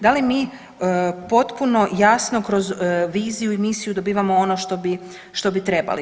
Da li mi potpuno jasno kroz viziju i misiju dobivamo ono što bi trebali?